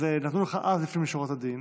נתנו לך אז לפנים משורת הדין.